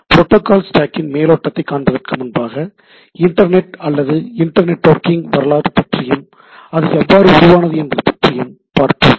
protocol ஸ்டாக்கின் மேலோட்டத்தை காண்பதற்கு முன்பாக இன்டர்நெட் அல்லது இன்டர் நெட்வொர்க்கிங் வரலாறு பற்றியும் அது எவ்வாறு உருவானது என்பது பற்றியும் பார்ப்போம்